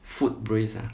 foot brace ah